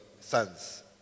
sons